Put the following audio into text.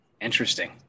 interesting